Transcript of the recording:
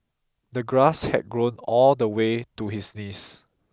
the grass had grown all the way to his knees